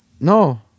No